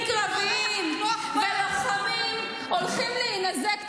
קרביים ולוחמים הולכים להינזק תעסוקתית?